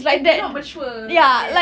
they not mature yet